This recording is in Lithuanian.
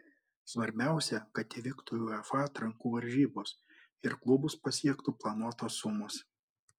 svarbiausia kad įvyktų uefa atrankų varžybos ir klubus pasiektų planuotos sumos